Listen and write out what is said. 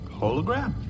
Hologram